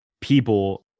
people